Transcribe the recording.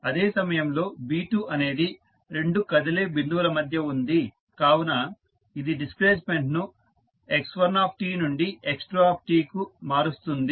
అదే సమయంలో B2 అనేది రెండు కదిలే బిందువుల మధ్య ఉంది కావున ఇది డిస్ప్లేస్మెంట్ ను x1 నుండి x2 కు మారుస్తుంది